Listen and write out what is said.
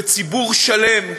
בציבור שלם,